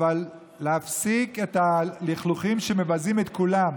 אבל להפסיק את הלכלוכים, שמבזים את כולם.